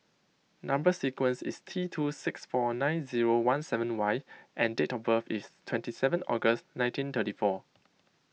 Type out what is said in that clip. Number Sequence is T two six four nine zero one seven Y and date of birth is twenty seven August nineteen thirty four